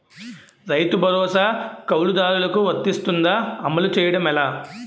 రైతు భరోసా కవులుదారులకు వర్తిస్తుందా? అమలు చేయడం ఎలా